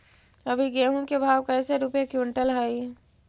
अभी गेहूं के भाव कैसे रूपये क्विंटल हई?